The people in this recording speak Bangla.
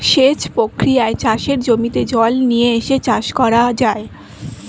সেচ প্রক্রিয়ায় চাষের জমিতে জল নিয়ে এসে চাষ করা যায়